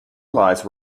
lies